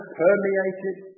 permeated